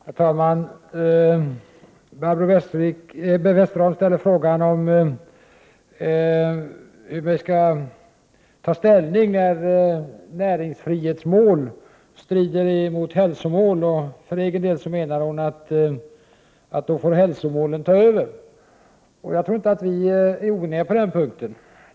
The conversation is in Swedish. Herr talman! Barbro Westerholm ställde frågan om hur vi skall ta ställning när näringsfrihetsmål strider mot hälsomål. För egen del menar hon att hälsomålen då får ta över. Jag tror inte vi är oeniga på den punkten.